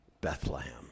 Bethlehem